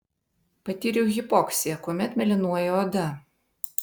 patyriau hipoksiją kuomet mėlynuoja oda